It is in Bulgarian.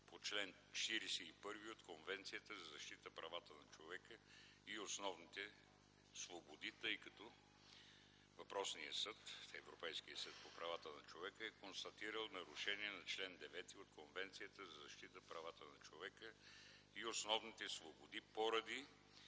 по чл. 41 от Конвенцията за защита правата на човека и основните свободи, тъй като въпросният съд, Европейският съд за правата на човека, е констатирал нарушение на чл. 9 от Конвенцията за защита правата на човека и основните свободи поради